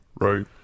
right